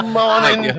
morning